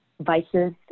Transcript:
vices